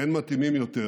אין מתאימים יותר